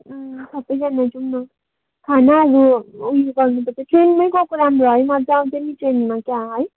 उम् सबैजना जाउँ न खानाहरू उयो गर्नुपर्छ ट्रेनमै गएको राम्रो है मजा आउँछ नि ट्रेनमा चाहिँ है